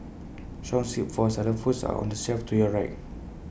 song sheets for xylophones are on the shelf to your right